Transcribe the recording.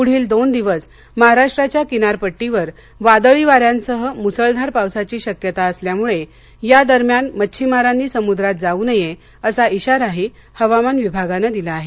पुढील दोन दिवस महाराष्ट्राच्या किनारपट्टीवर वादळी वाऱ्यांसह मुसळधार पावसाची शक्यता असल्यामुळे या दरम्यान मच्छीमारांनी समुद्रात जाऊ नये असा इशाराही हवामान विभागानं दिला आहे